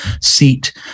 seat